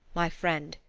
my friend,